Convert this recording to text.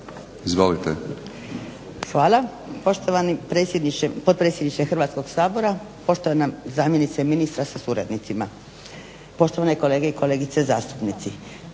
(SDP)** Hvala. Poštovani potpredsjedniče Hrvatskoga sabora, poštovana zamjenice ministra sa suradnicima, poštovane kolegice i kolege zastupnici.